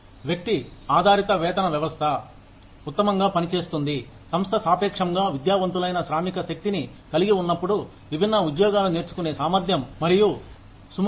వ్యక్తి ఆధారిత వేతన వ్యవస్థ ఉత్తమంగా పని చేస్తుంది సంస్థ సాపేక్షంగా విద్యావంతులైన శ్రామిక శక్తిని కలిగి ఉన్నప్పుడు విభిన్న ఉద్యోగాలు నేర్చుకునే సామర్థ్యం మరియు సుముఖతతో